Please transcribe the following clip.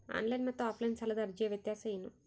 Online ಮತ್ತು offline ಸಾಲದ ಅರ್ಜಿಯ ವ್ಯತ್ಯಾಸ ಏನು?